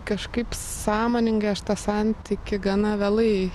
kažkaip sąmoningai aš tą santykį gana vėlai